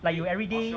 like you everyday